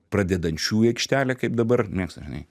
pradedančiųjų aikštelė kaip dabar mėgsta žinai